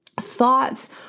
thoughts